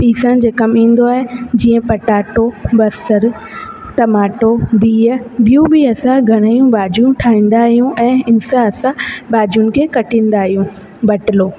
पीसण जे कम ईंदो आहे जीअं पटाटो बसर टमाटो बीह ॿियूं बि असां घणेई भाॼियूं ठाहींदा आहियूं ऐं इन सां असां भाॼियुनि खे कटिंदा आहियूं बटलो